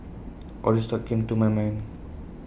all these thoughts came to my mind